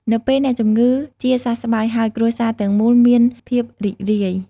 នៅពេលអ្នកជំងឺជាសះស្បើយហើយ គ្រួសារទាំងមូលមានភាពរីករាយ។